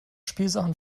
spielsachen